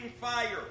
fire